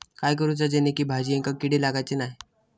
काय करूचा जेणेकी भाजायेंका किडे लागाचे नाय?